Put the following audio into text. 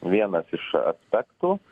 vienas iš aspektų